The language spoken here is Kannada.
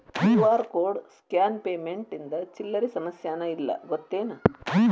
ಕ್ಯೂ.ಆರ್ ಕೋಡ್ ಸ್ಕ್ಯಾನ್ ಪೇಮೆಂಟ್ ಇಂದ ಚಿಲ್ಲರ್ ಸಮಸ್ಯಾನ ಇಲ್ಲ ಗೊತ್ತೇನ್?